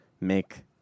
make